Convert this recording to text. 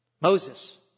Moses